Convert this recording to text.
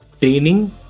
training